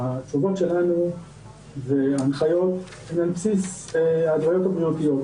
התשובות שלנו זה הנחיות שהן על בסיס ההתוויות הבריאותיות.